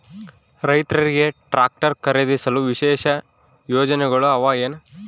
ರೈತರಿಗೆ ಟ್ರಾಕ್ಟರ್ ಖರೇದಿಸಲು ವಿಶೇಷ ಯೋಜನೆಗಳು ಅವ ಏನು?